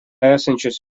esančios